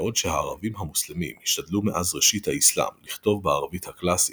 בעוד שהערבים המוסלמים השתדלו מאז ראשית האסלאם לכתוב בערבית הקלאסית,